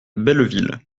belleville